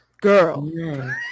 Girl